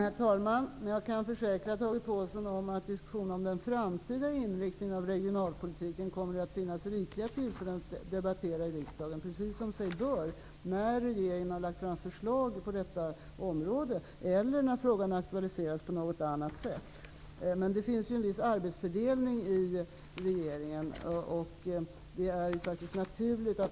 Herr talman! Jag kan försäkra Tage Påhlsson om att det kommer att finnas rikliga tillfällen att debattera den framtida inriktningen av regionalpolitiken i riksdagen, precis som sig bör, när regeringen har lagt fram förslag på detta område eller när frågan aktualiseras på något annat sätt. Men det finns ju en viss arbetsfördelning i regeringen.